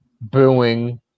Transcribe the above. booing